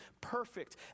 perfect